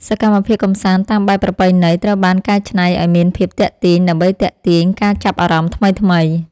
សកម្មភាពកម្សាន្តតាមបែបប្រពៃណីត្រូវបានកែច្នៃឱ្យមានភាពទាក់ទាញ ដើម្បីទាក់ទាញការចាប់អារម្មណ៍ថ្មីៗ។